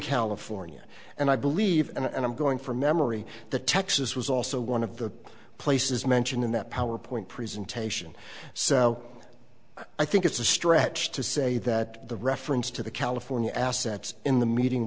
california and i believe and i'm going from memory the texas was also one of the places mentioned in that power point presentation so i think it's a stretch to say that the reference to the california assets in the meeting